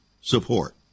support